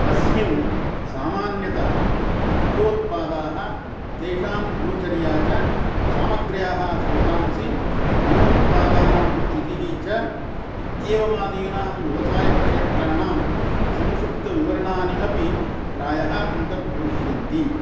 अस्मिन् सामान्यतः मुख्योत्पादाः तेषाम् अनुचर्या च सामग्र्याः स्रोतांसि नवोत्पादानां स्थितिः च इत्येवमादीनां व्यवसायक्षेत्राणां संक्षिप्तविवरणानि अपि प्रायः अन्तर्भविष्यन्ति